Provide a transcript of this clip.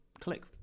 click